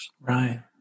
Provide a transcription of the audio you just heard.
Right